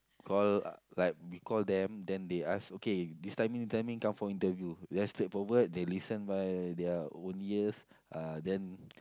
call like we call them then they ask okay this timing this timing come for interview less straightforward they listen by their own ears uh then